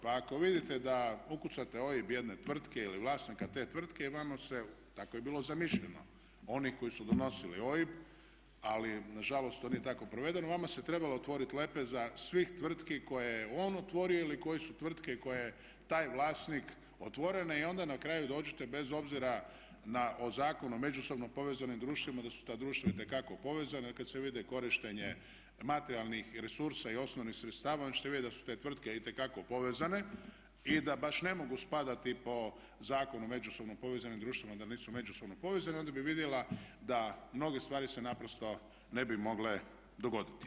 Pa ako vidite da ukucate OIB jedne tvrtke ili vlasnika te tvrtke vama se, tako je bilo zamišljeno, oni koji su donosili OIB ali nažalost on je tako proveden, vama se trebala otvoriti lepeza svih tvrtki koje je on otvorio ili koje su tvrtke koje taj vlasnik otvorene i onda na kraju dođete bez obzira na Zakon o međusobno povezanim društvima da su ta društva itekako povezana jer kad se vidi i korištenje materijalnih resursa i osnovnih sredstava onda ćete vidjeti da su te tvrtke itekako povezane i da baš ne mogu spadati po Zakonu o međusobno povezanim društvima da nisu međusobno povezani i onda bi vidjela da mnoge stvari se naprosto ne bi mogle dogoditi.